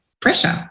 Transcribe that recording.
pressure